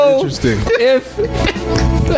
interesting